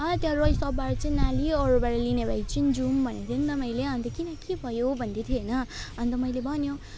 अँ त्यो रोय सोपबाट चाहिँ नलिई अरूबाटै लिने भए चाहिँ जाऔँ भनेको थिएँ नि त मैले अनि त किन के भयो भन्दै थियो हैन अनि त मैले भन्यो